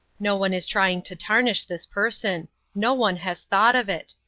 no one is trying to tarnish this person no one has thought of it.